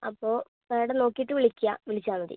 അപ്പം മാഡം നോക്കീട്ട് വിളിക്കാ വിളിച്ചാൽ മതി